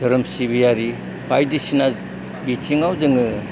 धोरोम सिबियारि बायदिसिना बिङाव जोङो